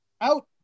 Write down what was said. out